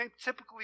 typically